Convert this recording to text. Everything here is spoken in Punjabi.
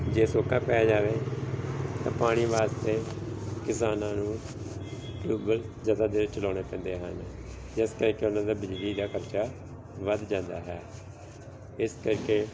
ਜੇ ਸੋਕਾ ਪੈ ਜਾਵੇ ਤਾਂ ਪਾਣੀ ਵਾਸਤੇ ਕਿਸਾਨਾਂ ਨੂੰ ਟਿਊਬਵੈੱਲ ਜ਼ਿਆਦਾ ਦੇਰ ਚਲਾਉਣੇ ਪੈਂਦੇ ਹਨ ਜਿਸ ਕਰਕੇ ਉਹਨਾਂ ਦਾ ਬਿਜਲੀ ਦਾ ਖਰਚਾ ਵਧ ਜਾਂਦਾ ਹੈ ਇਸ ਕਰਕੇ